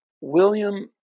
William